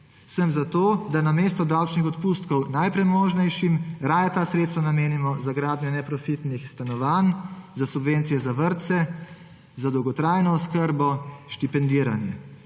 sem za to, da namesto davčnih odpustkov najpremožnejšim raje ta sredstva namenimo za gradnjo neprofitnih stanovanj, za subvencije za vrtce, za dolgotrajno oskrbo, štipendiranje.